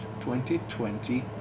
2020